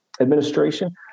administration